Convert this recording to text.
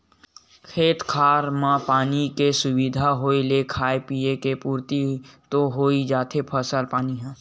खेत खार म पानी के सुबिधा होय ले खाय पींए के पुरति तो होइ जाथे फसल पानी ह